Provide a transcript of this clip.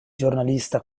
giornalista